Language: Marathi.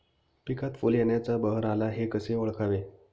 पिकात फूल येण्याचा बहर आला हे कसे ओळखावे?